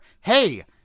hey